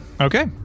okay